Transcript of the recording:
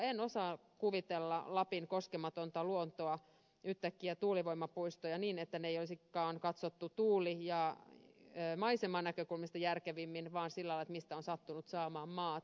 en osaa kuvitella lapin koskematonta luontoa että yhtäkkiä tulisi tuulivoimapuistoja ja niitä ei olisikaan katsottu tuuli ja maisemanäkökulmista järkevimmin vaan sen mukaan mistä on sattunut saamaan maata